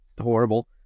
horrible